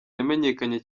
yamenyekanye